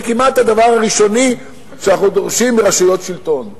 זה כמעט הדבר הראשוני שאנחנו דורשים מרשויות שלטון: